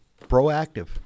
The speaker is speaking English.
proactive